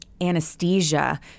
anesthesia